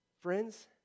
friends